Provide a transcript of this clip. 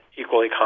equally